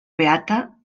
beata